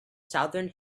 southern